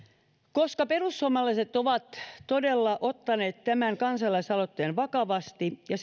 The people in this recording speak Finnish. perussuomalaiset ovat todella ottaneet tämän kansalaisaloitteen vakavasti ja